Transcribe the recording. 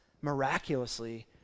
miraculously